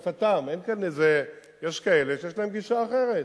בהשקפתם, יש כאלה שיש להם גישה אחרת,